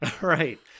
Right